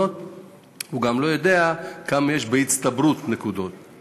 והוא גם לא ידע כמה נקודות הצטברו לו.